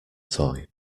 toy